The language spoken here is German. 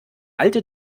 alte